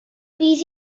bydd